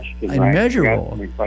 immeasurable